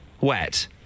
Wet